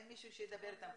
אין מישהו שידבר איתם.